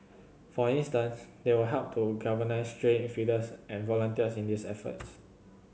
for instance they will help to galvanise stray feeders and volunteers in these efforts